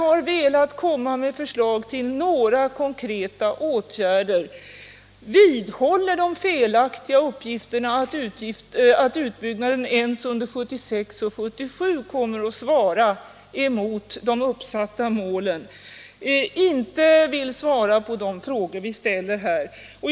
Han vill inte komma med förslag till några konkreta åtgärder, han vidhåller de felaktiga uppgifterna att utbyggnaden under 1976 och 1977 kommer att svara mot de uppsatta målen, och han vill inte svara på de frågor vi ställer.